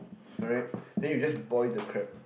right then you just boil the crab